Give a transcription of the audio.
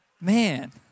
Man